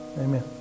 amen